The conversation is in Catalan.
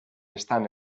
estan